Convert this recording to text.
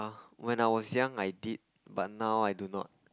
when I was young I did but now I do not